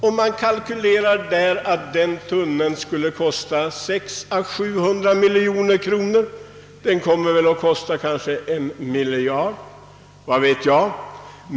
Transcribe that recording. och man kalkylerar med att den skall kosta 600 å 700 miljoner kronor. Mer den kommer kanske att kosta en mil jard, vad vet jag?